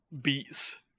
beats